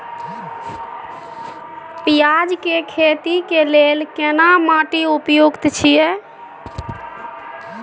पियाज के खेती के लेल केना माटी उपयुक्त छियै?